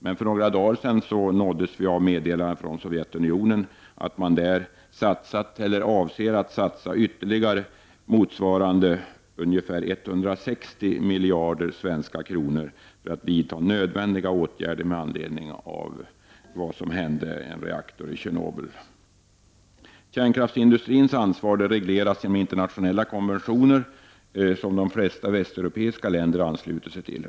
Men för några dagar sedan nåddes vi av meddelandet att Sovjetunionen satsat — eller avser att satsa — ytterligare motsvarande 160 miljarder svenska kronor för att vidta nödvändiga åtgärder med anledning av det som hände en reaktor i Tjernobyl. Kärnkraftsindustrins ansvar regleras genom internationella konventioner som de flesta västeuropeiska länder anslutit sig till.